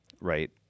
right